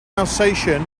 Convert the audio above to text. alsatian